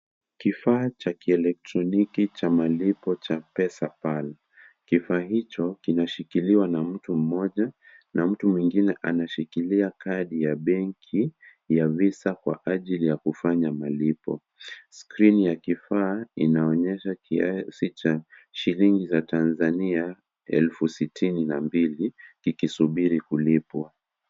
Kifaa cha kielektroniki cha malipo cha Pesapal. Kifaa hicho kinashikiliwa na mtu mmoja na mtu mwingine anashikilia Kadi ya benki ya Visa kwa ajili ya kufanya malipo. Skrini ya kifaa inaonyesha kiasi cha shilingi za Tanzania elfu sitini na mbili kikisubiri kulipwa.